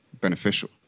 beneficial